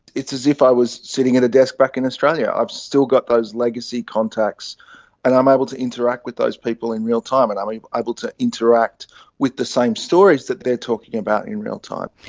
it's as if i was sitting at a desk back in australia, i've still got those legacy contacts and i'm able to interact with those people in real time and i'm ah able to interact with the same stories that they are talking about in real time.